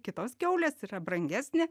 kitos kiaulės yra brangesnė